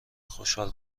خوشحال